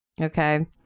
Okay